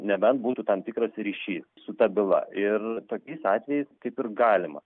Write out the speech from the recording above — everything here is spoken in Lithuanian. nebent būtų tam tikras ryšys su ta byla ir tokiais atvejais kaip ir galima